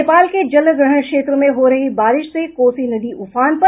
नेपाल के जलग्रहण क्षेत्रों में हो रही बारिश से कोसी नदी उफान पर